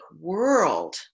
world